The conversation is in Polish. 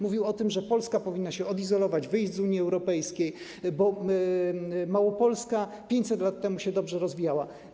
Mówił o tym, że Polska powinna się odizolować, wyjść z Unii Europejskiej, bo Małopolska 500 lat się dobrze rozwijała.